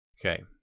Okay